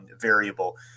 variable